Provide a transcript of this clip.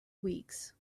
weeks